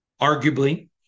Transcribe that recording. arguably